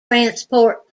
transport